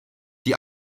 die